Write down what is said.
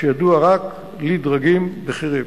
שידוע רק לדרגים בכירים.